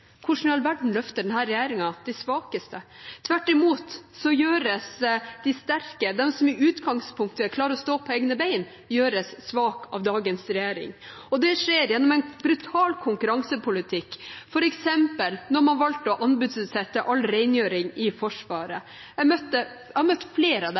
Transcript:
Hvordan i all verden løfter denne regjeringen de svakeste? Tvert imot gjøres de sterke, de som i utgangspunktet klarer å stå på egne bein, svake av dagens regjering, og det skjer gjennom en brutal konkurransepolitikk, som f.eks. da man valgte å anbudsutsette all rengjøring i Forsvaret. Jeg har møtt flere av dem,